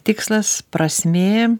tikslas prasmė